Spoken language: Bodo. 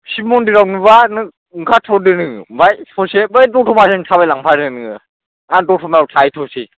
शिव मन्दिराव नुबा नों ओंखारथ'दो नोङो आमफ्राय स'से बै दत'माजों थाबायलांदो नोङो आं दत'मायाव थाहैथ'सै